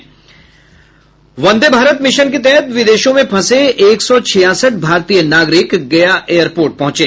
Bihar Vande Bharat mission के तहत विदेशों में फंसे एक सौ छियासठ भारतीय नागरिक गया एयरपोर्ट पहुंचे